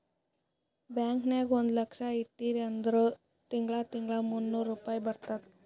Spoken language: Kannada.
ಬ್ಯಾಂಕ್ ನಾಗ್ ಒಂದ್ ಲಕ್ಷ ಇಟ್ಟಿರಿ ಅಂದುರ್ ತಿಂಗಳಾ ತಿಂಗಳಾ ಮೂನ್ನೂರ್ ರುಪಾಯಿ ಬರ್ತುದ್